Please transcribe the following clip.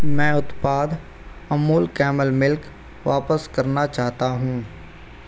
मैं उत्पाद Amul camel milk वापस करना चाहता हूँ